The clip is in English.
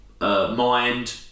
mind